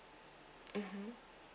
mmhmm